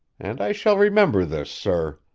and i shall remember this, sir!